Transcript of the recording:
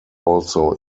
also